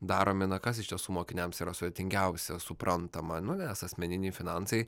daromi na kas iš tiesų mokiniams yra sudėtingiausia suprantama nu nes asmeniniai finansai